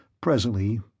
Presently